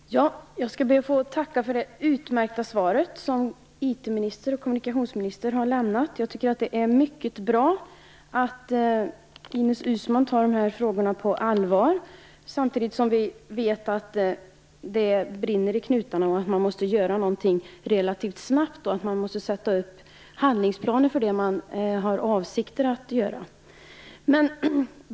Herr talman! Jag skall be att få tacka för det utmärkta svar som IT-ministern och kommunikationsministern har lämnat. Jag tycker att det är mycket bra att Ines Uusmann tar de här frågorna på allvar, samtidigt som vi vet att det brinner i knutarna och att man måste göra någonting relativt snabbt. Man måste sätta upp handlingsplaner för det man har avsikt att göra.